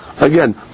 again